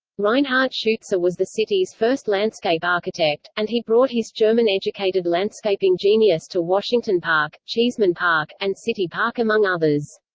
reinhard schuetze ah was the city's first landscape architect, and he brought his german-educated landscaping genius to washington park, cheesman park, and city park among others.